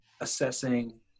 assessing